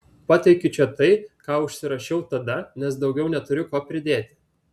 pateikiu čia tai ką užsirašiau tada nes daugiau neturiu ko pridėti